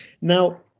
Now